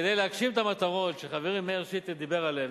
כדי להגשים את המטרות שחברי מאיר שטרית דיבר עליהן,